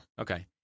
Okay